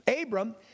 Abram